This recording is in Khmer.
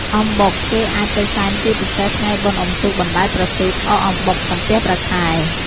អំបុកគេអាចទៅសែនជាពិសេសថ្ងៃបុណ្យអំទូកបណ្តែតប្រទីប អក់អំបុក សំពះព្រះខែ ។